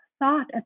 thought